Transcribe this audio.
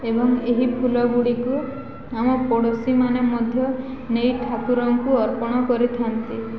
ଏବଂ ଏହି ଫୁଲ ଗୁଡ଼ିକୁ ଆମ ପଡ଼ୋଶୀମାନେ ମଧ୍ୟ ନେଇ ଠାକୁରଙ୍କୁ ଅର୍ପଣ କରିଥାନ୍ତି